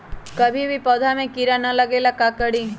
कभी भी पौधा में कीरा न लगे ये ला का करी?